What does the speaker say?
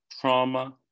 trauma